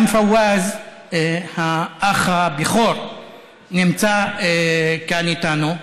גם האח הבכור פוואז נמצא כאן איתנו.